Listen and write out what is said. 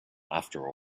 after